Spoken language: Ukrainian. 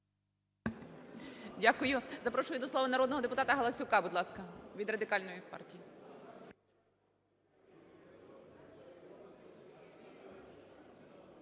Дякую. Запрошую до слова народного депутата Галасюка, будь ласка, від Радикальної партії.